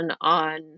on